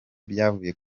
byavuye